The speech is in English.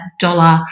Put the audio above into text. dollar